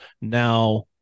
Now